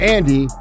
Andy